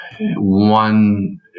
one